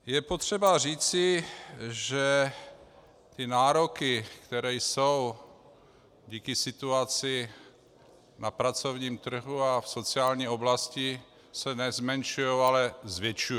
Je potřeba říci, že nároky, které jsou díky situaci na pracovním trhu a v sociální oblasti, se nezmenšují, ale zvětšují.